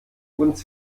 uns